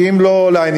כי הם לא לעניין.